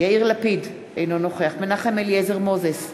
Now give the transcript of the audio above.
יאיר לפיד, אינו נוכח מנחם אליעזר מוזס,